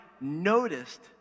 noticed